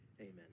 amen